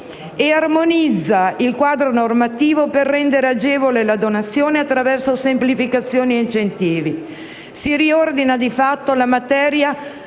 e armonizza il quadro normativo per rendere agevole la donazione, attraverso semplificazioni e incentivi. Si riordina di fatto la materia